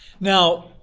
Now